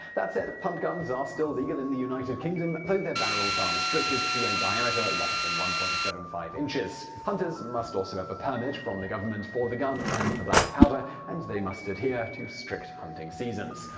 that said, punt guns are ah still legal in the united kingdom, though their barrels are restricted to a diameter less than one point seven five inches. hunters must also have a permit from the government for the gun and black powder, and they must adhere to strict hunting seasons.